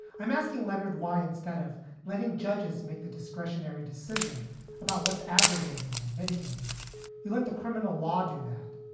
i'm asking leonard, why instead of letting judges make the discretionary decision about what's aggravating and mitigating you let the criminal law do that.